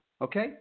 okay